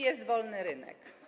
Jest wolny rynek.